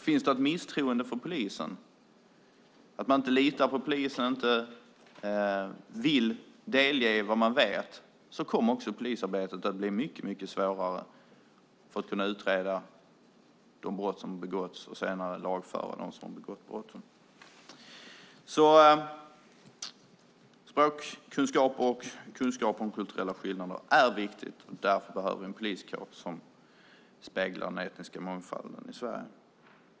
Finns det ett misstroende för polisen, så att man inte litar på polisen och inte vill delge vad man vet, kommer också polisarbetet att bli mycket svårare när man ska utreda de brott som begåtts och senare lagföra dem som begått brotten. Språkkunskaper och kunskaper om kulturella skillnader är viktigt. Därför behöver vi en poliskår som speglar den etniska mångfalden i Sverige.